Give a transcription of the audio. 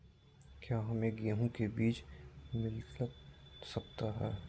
क्या हमे गेंहू के बीज मिलता सकता है?